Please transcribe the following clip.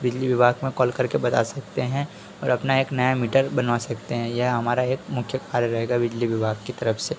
उस बिजली विभाग में कॉल करके बता सकते हैं और अपना एक नया मीटर बनवा सकते हैं यह हमारा एक मुख्य कार्य रहेगा विजली विभाग की तरफ से